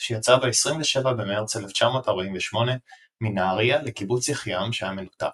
שיצאה ב-27 במרץ 1948 מנהריה לקיבוץ יחיעם שהיה מנותק.